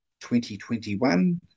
2021